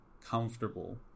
comfortable